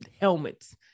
helmets